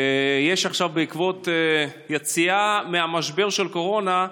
עכשיו, בעקבות היציאה ממשבר הקורונה,